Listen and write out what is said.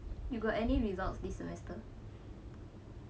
you got any results this semester